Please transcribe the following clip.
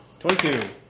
22